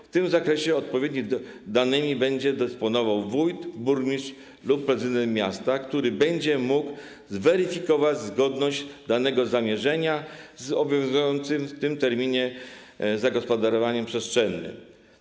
W tym zakresie odpowiednimi danymi będą dysponowali wójt, burmistrz lub prezydent miasta, którzy będą mogli zweryfikować zgodność danego zamierzenia z obowiązującym w tym terminie zagospodarowaniem przestrzennym.